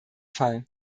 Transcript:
fall